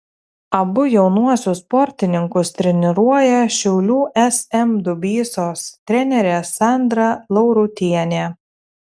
abu jaunuosius sportininkus treniruoja šiaulių sm dubysos trenerė sandra laurutienė